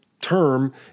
term